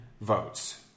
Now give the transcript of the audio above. votes